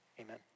amen